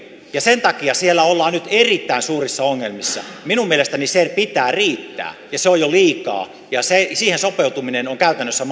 ja sen takia siellä ollaan nyt erittäin suurissa ongelmissa minun mielestäni sen pitää riittää ja se on jo liikaa ja siihen sopeutuminen on käytännössä